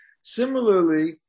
similarly